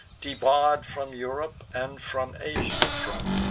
debarr'd from europe and from asia thrown,